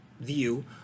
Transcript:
view